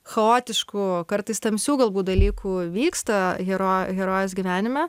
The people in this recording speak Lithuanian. chaotiškų kartais tamsių galbūt dalykų vyksta hero herojaus gyvenime